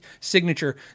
signature